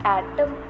atom